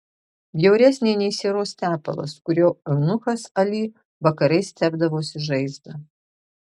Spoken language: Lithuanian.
bjauresnė nei sieros tepalas kuriuo eunuchas ali vakarais tepdavosi žaizdą